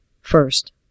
first